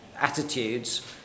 attitudes